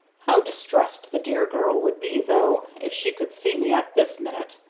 how distressed the dear girl would be, though, if she could see me at this minute!